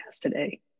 today